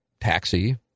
taxi